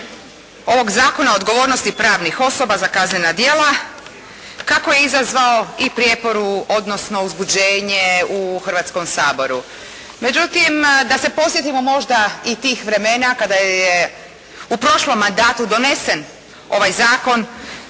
ovog zakona o odgovornosti pravnih osoba za kaznena djela kako je izazvao i prijepor, odnosno uzbuđenje u Hrvatskom saboru. Međutim, da se podsjetimo možda i tih vremena kada je u prošlom mandatu donesen ovaj zakon,